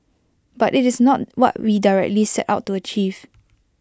but IT is not what we directly set out to achieve